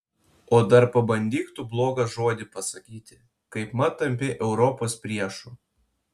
o dar pabandyk tu blogą žodį pasakyti kaipmat tampi europos priešu